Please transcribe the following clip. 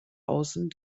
außen